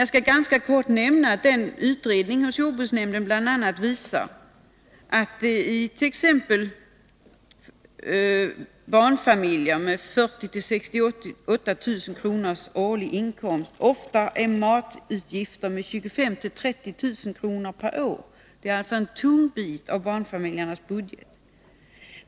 Jag skall ganska kort nämna att jordbruksnämndens utredning bl.a. visar att t.ex. barnfamiljer med en årlig inkomst på 40 000-68 000 kr. ofta har matutgifter på 25 000-30 000 kr. per år — alltså en tung bit av barnfamiljernas budget.